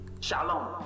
Shalom